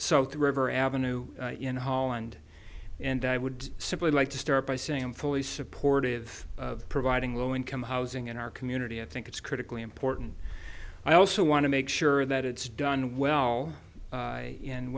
the river avenue in holland and i would simply like to start by saying i'm fully supportive of providing low income housing in our community i think it's critically important i also want to make sure that it's done well and